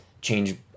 change